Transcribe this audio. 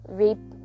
rape